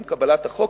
עם קבלת החוק,